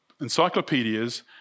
encyclopedias